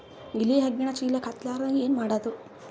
ಇಲಿ ಹೆಗ್ಗಣ ಚೀಲಕ್ಕ ಹತ್ತ ಲಾರದಂಗ ಏನ ಮಾಡದ?